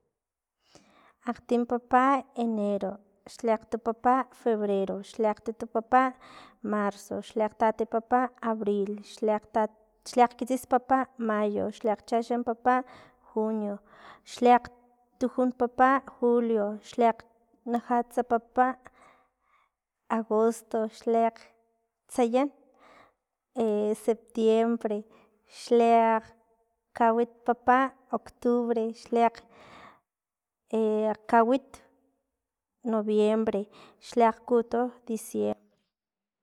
Akgtim papa enero, xliaktu papa febrero, xliakgtutu papa marzo, xliakgtati papa abril, xliatat- xliakgkitsis papa mayo, xliakgchaxan papa junio, xliakgtujun papa julio, xliaktnajats papa agosto, xliaktsayan xli akgtutu septiembre, xliakgawit papa octubre, xliak- -awit noviembre, xliakgkuto diciembre.